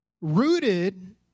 Rooted